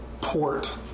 port